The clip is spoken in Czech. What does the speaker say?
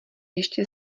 ještě